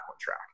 track